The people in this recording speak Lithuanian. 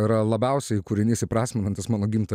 yra labiausiai kūrinys įprasminantis mano gimtą